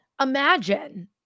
imagine